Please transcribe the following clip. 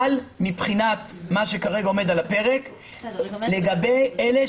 מבחינת מה שכרגע עומד על הפרק זה חל לגבי אלה